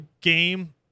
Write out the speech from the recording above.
game